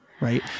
right